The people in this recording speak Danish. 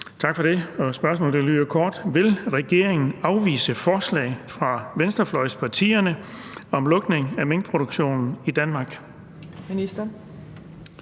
Tak for det. Spørgsmål lyder: Vil regeringen afvise forslag fra venstrefløjspartierne om lukning af minkproduktionen i Danmark?